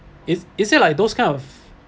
is is it like those kind of